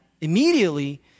immediately